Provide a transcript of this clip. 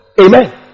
Amen